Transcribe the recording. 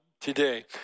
today